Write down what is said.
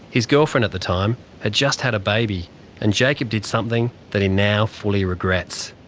his girlfriend at the time had just had a baby and jacob did something that he now fully regrets.